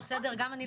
גם אני,